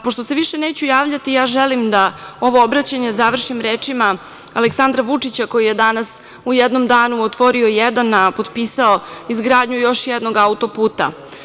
Pošto se više neću javljati, želim ovo obraćanje da završim rečima Aleksandra Vučića koji je danas u jednom danu otvorio jedan, a potpisao izgradnju još jednog autoputa.